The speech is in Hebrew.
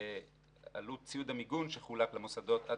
ועלות ציוד המיגון שחולק למוסדות עד